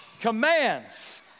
commands